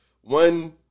one